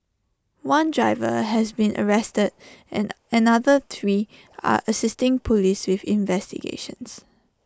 one driver has been arrested and another three are assisting Police with investigations